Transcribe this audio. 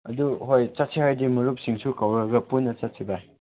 ꯑꯗꯨ ꯍꯣꯏ ꯆꯠꯁꯤ ꯍꯥꯏꯔꯗꯤ ꯃꯔꯨꯞꯁꯤꯡꯁꯨ ꯀꯧꯔꯒ ꯄꯨꯟꯅ ꯆꯠꯁꯤ ꯕꯥꯏ